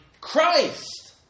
Christ